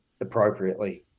appropriately